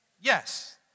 Yes